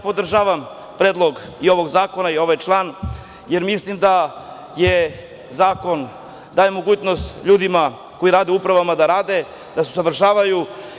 Podržavam predlog i ovog zakona i ovaj član jer mislim da zakon daje mogućnost ljudima koji rade u upravama da rade, da se usavršavaju.